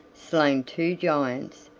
slain two giants,